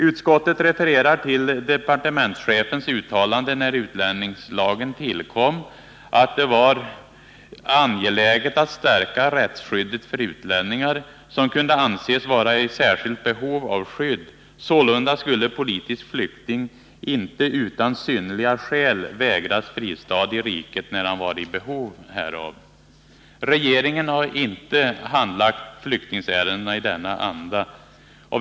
Utskottet refererar till departementschefens uttalande när utlänningslagen tillkom att det var ”angeläget att stärka rättsskyddet för utlänningar, som kunde anses vara i särskilt behov av skydd. Sålunda skulle politisk flykting inte utan synnerliga skäl vägras fristad i riket när han var i behov därav.” Regeringen har icke handlagt flyktingärendena i denna anda.